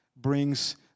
brings